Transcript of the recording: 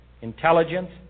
intelligence